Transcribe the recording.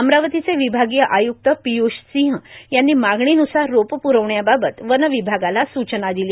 अमरावतीचे विभागीय आय़क्त पिय़ष सिंह यांनी मागणीनूसार रोपं पूरविण्याबाबत वनविभागाला स्चना दिल्या